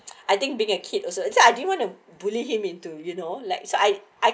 I think being a kid also actually I didn't want to bully him into you know like I I